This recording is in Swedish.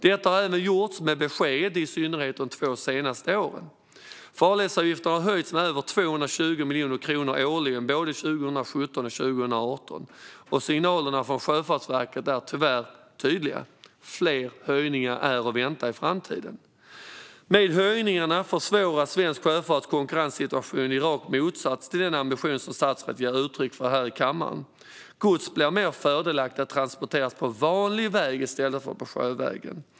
Detta har även gjorts, med besked, i synnerhet de två senaste åren. Farledsavgifterna har höjts med över 220 miljoner kronor årligen, både 2017 och 2018. Och signalerna från Sjöfartsverket är tyvärr tydliga: Fler höjningar är att vänta i framtiden. Med höjningarna försvåras svensk sjöfarts konkurrenssituation, i rak motsats till den ambition som statsrådet ger uttryck för här i kammaren. Det blir mer fördelaktigt att transportera gods på vanlig väg i stället för sjövägen.